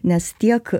nes tiek